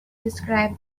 described